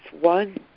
one